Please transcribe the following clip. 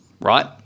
right